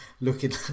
looking